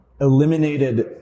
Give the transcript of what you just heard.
eliminated